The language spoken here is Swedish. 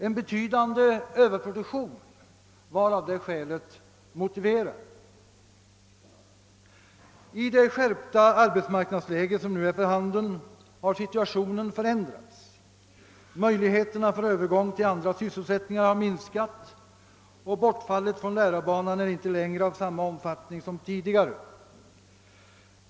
En betydande överproduktion var av det skälet motiverad. I det skärpta arbetsmarknadsläge som är för handen har situationen förändrats; möjligheterna för övergång till andra sysselsättningar har minskat, och bortfallet från lärarbanan är inte längre av samma omfattning som tidigare.